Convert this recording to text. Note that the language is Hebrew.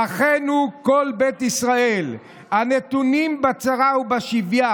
"אחינו כל בית ישראל הנתונים בצרה ובשביה,